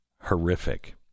horrific